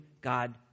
God